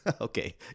Okay